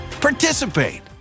participate